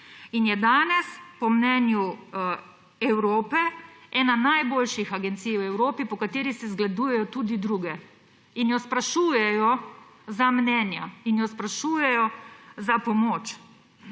enega. Danes je po mnenju Evrope ena najboljših agencij v Evropi, po kateri se zgledujejo tudi druge in jo sprašujejo za mnenja, jo sprašujejo za pomoč.